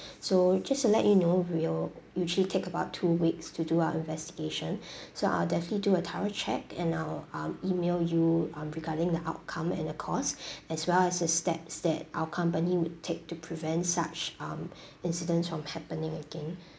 so just to let you know we'll usually take about two weeks to do our investigation so I'll definitely do a thorough check and I'll um email you um regarding the outcome and the cause as well as the steps that our company would take to prevent such um incidents from happening again